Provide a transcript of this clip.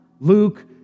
Luke